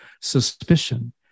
suspicion